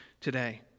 today